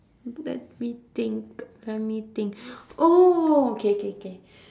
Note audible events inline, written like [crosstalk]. let me think let me think [breath] oh okay okay okay